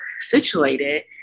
situated